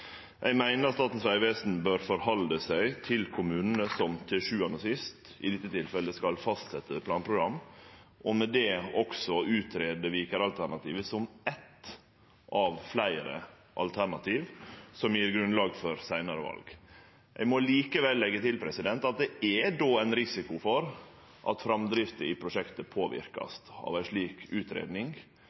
Eg meiner at Statens vegvesen bør halde seg til kommunane, som til sjuande og sist i dette tilfellet skal fastsetje planprogram og med det også greie ut Viker-alternativet som eitt av fleire alternativ som gjev grunnlag for seinare val. Eg må likevel leggje til at det er då ein risiko for at framdrifta i prosjektet vert påverka av ei slik